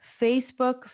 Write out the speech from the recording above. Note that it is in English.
Facebook